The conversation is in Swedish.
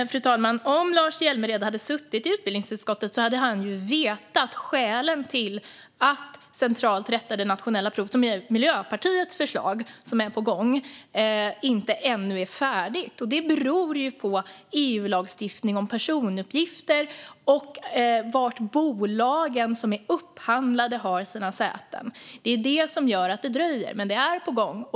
Fru talman! Om Lars Hjälmered hade suttit i utbildningsutskottet hade han vetat skälen till att detta med centralt rättade nationella prov, som är Miljöpartiets förslag och som är på gång, ännu inte är färdigt. Det beror på EU-lagstiftning om personuppgifter och var bolagen som är upphandlade har sina säten. Det är detta som gör att det dröjer, men det är på gång.